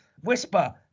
Whisper